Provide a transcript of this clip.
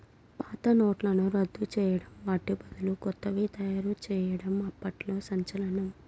పాత నోట్లను రద్దు చేయడం వాటి బదులు కొత్తవి తయారు చేయడం అప్పట్లో సంచలనం